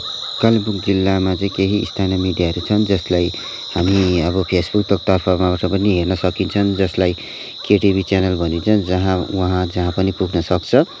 कालिम्पोङ जिल्लामा चाहिँ केही स्थानीय मिडियाहरू छन् जसलाई हामी अब फेसबुकको मार्फत्बाट पनि हेर्न सकिन्छ जसलाई केटिभी च्यानल भनिन्छ जहाँ वहाँ जहाँ पनि पुग्नसक्छ